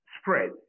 spread